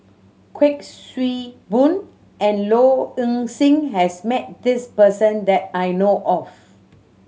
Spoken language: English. Kuik Swee Boon and Low Ing Sing has met this person that I know of